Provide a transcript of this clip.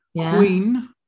Queen